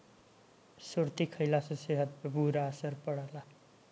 सुरती खईला से सेहत पे बुरा असर पड़ेला